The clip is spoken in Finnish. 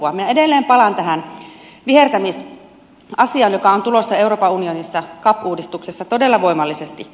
minä edelleen palaan tähän vihertämisasiaan joka on tulossa euroopan unionissa cap uudistuksessa todella voimallisesti